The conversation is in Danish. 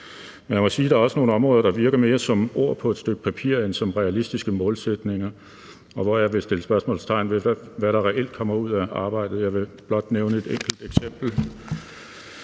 Man må sige, at der også er nogle områder, som virker mere som ord på et stykke papir end som realistiske målsætninger, og hvor jeg vil sætte spørgsmålstegn ved, hvad der reelt kommer ud af arbejdet. Jeg vil blot nævne et enkelt eksempel.